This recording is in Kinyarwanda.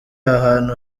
ahantu